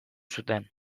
zuten